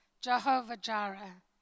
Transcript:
Jehovah-Jireh